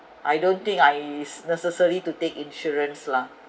I don't think I it's necessary to take insurance lah